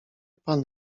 pan